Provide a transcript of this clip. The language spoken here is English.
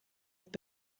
have